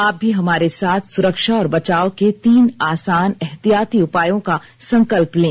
आप भी हमारे साथ सुरक्षा और बचाव के तीन आसान एहतियाती उपायों का संकल्प लें